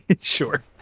Sure